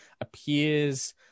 appears